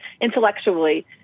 intellectually